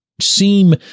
seem